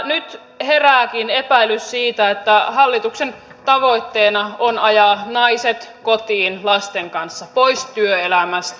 nyt herääkin epäilys siitä että hallituksen tavoitteena on ajaa naiset kotiin lasten kanssa pois työelämästä